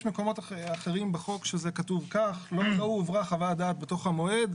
יש מקומות אחרים בחוק שזה כתוב כך: "לא הועברה חוות דעת בתוך המועד,